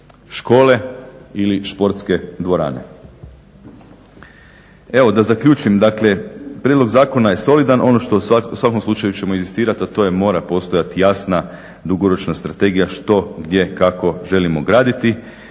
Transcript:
škole ili športske dvorane. Evo da zaključim. Dakle, prijedlog zakona je solidan. Ono što u svakom slučaju ćemo inzistirati a to je mora postojati jasna dugoročna strategija što, gdje, kako želimo graditi.